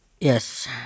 Yes